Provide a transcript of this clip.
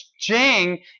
jing